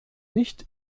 nicht